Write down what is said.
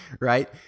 right